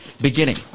beginning